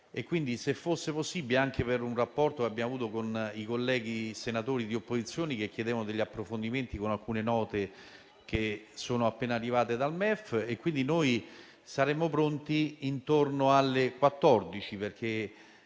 e quindi se fosse possibile, anche per un'interlocuzione che abbiamo avuto con i colleghi senatori delle opposizioni che chiedevano degli approfondimenti con alcune note che sono appena arrivate dal MEF, saremmo pronti intorno alle ore 14.